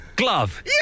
Glove